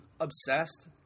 obsessed